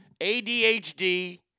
ADHD